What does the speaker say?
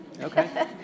Okay